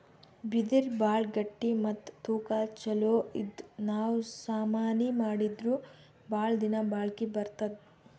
ಬಿದಿರ್ ಭಾಳ್ ಗಟ್ಟಿ ಮತ್ತ್ ತೂಕಾ ಛಲೋ ಇದ್ದು ನಾವ್ ಸಾಮಾನಿ ಮಾಡಿದ್ರು ಭಾಳ್ ದಿನಾ ಬಾಳ್ಕಿ ಬರ್ತದ್